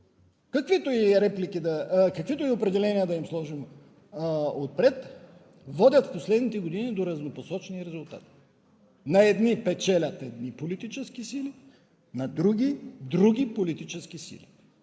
каквито и определения да им сложим отпред, в последните години водят до разнопосочни резултати – на едни печелят едни политически сили, на други – други политически сили.